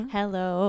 Hello